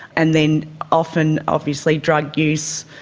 and then often obviously drug use.